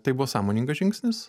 tai buvo sąmoningas žingsnis